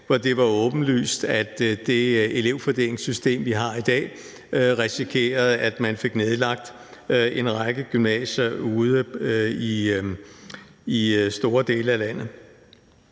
hvor det var åbenlyst, at det elevfordelingssystem, vi har i dag, risikerede, at man fik nedlagt en række gymnasier ude i store dele af landet.